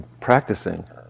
practicing